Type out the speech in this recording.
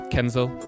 Kenzel